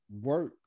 work